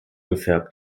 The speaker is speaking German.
gefärbt